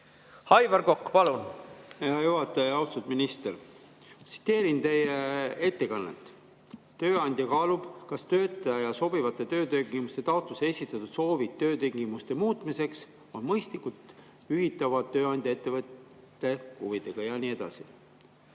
Aivar Kokk, palun! Hea juhataja! Austatud minister! Tsiteerin teie ettekannet: tööandja kaalub, kas töötaja sobivate töötingimuste taotluses esitatud soovid töötingimuste muutmiseks on mõistlikult ühitatavad tööandja ettevõtte huvidega, ja nii edasi.